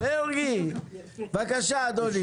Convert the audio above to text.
בבקשה, אדוני.